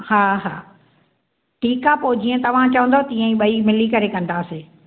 हा हा ठीक आहे पोइ जीअं तव्हां चवंदौ तीअं ॿई मिली करे कंदासीं